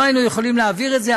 לא היינו יכולים להעביר את זה.